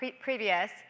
previous